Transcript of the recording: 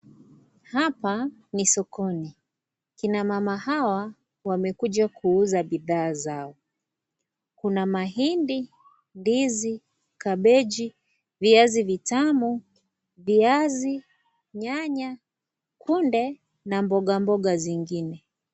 Hapa ni sokoni. Kina mama hawa wamekuja kuuza bidhaa zao. Kuna mahindi, ndizi, kambeji, viazi vitamu, viazi, nyanya, kunde na mboga mboga zingine.